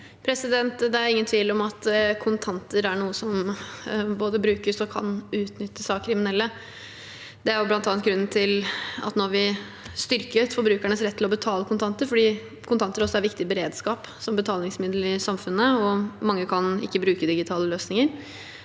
Det er ingen tvil om at kontanter er noe som både brukes og kan utnyttes av kriminelle. Det er bl.a. grunnen til at vi da vi styrket forbrukernes rett til å betale med kontanter – kontanter er viktig i beredskap og som betalingsmiddel i samfunnet, og mange kan ikke bruke digitale løsninger